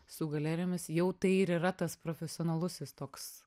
su galerijomis jau tai ir yra tas profesionalusis toks